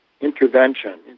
intervention